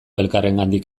elkarrengandik